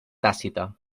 tàcita